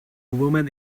woman